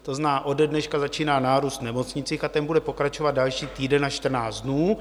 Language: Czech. To znamená, ode dneška začíná nárůst v nemocnicích a ten bude pokračovat další týden až 14 dnů.